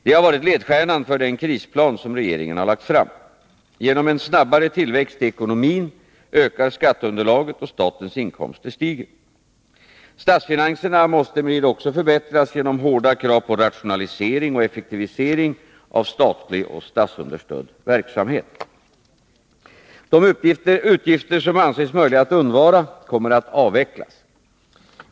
Det har varit ledstjärnan för den krisplan som regeringen lagt fram. Genom en snabbare tillväxt i ekonomin ökar skatteunderlaget, och statens inkomster stiger. Statsfinanserna måste emellertid också förbättras genom hårda krav på rationalisering och effektivisering av statlig och statsunderstödd verksamhet. De utgifter som anses möjliga att undvara kommer att avvecklas.